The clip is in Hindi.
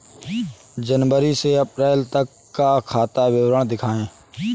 जनवरी से अप्रैल तक का खाता विवरण दिखाए?